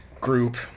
group